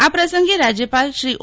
આ પ્રસંગે રાજ્યપાલ શ્રી ઓ